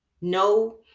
No